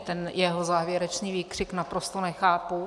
Ten jeho závěrečný výkřik naprosto nechápu.